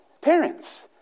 Parents